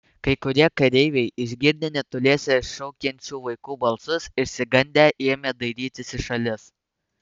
kai kurie kareiviai išgirdę netoliese šaukiančių vaikų balsus išsigandę ėmė dairytis į šalis